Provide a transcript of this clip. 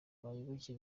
abayoboke